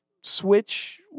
Switch